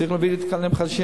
צריך להביא לי תקנים חדשים.